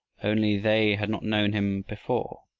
only they had not known him before?